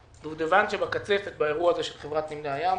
בדובדבן שבקצפת באירוע הזה של חברת נמלי הים.